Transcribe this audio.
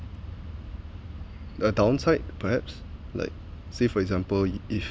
a downside perhaps like say for example if